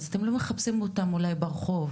אז אתם לא מחפשים אותם אולי ברחוב,